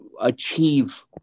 achieve